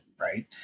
right